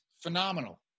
phenomenal